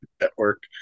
Network